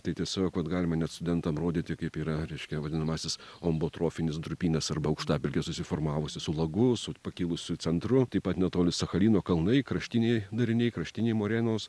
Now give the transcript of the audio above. tai tiesiog vat galima net studentam rodyti kaip yra reiškia vadinamasis ombotrofinis durpynas arba aukštapelkė susiformavusi su lagu su pakilusiu centru taip pat netoli sacharino kalnai kraštiniai dariniai kraštiniai morenos